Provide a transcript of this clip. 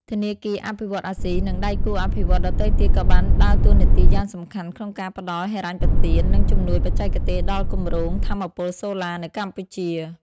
ធនាគារអភិវឌ្ឍន៍អាស៊ី និងដៃគូអភិវឌ្ឍន៍ដទៃទៀតក៏បានដើរតួនាទីយ៉ាងសំខាន់ក្នុងការផ្តល់ហិរញ្ញប្បទាន និងជំនួយបច្ចេកទេសដល់គម្រោងថាមពលសូឡានៅកម្ពុជា។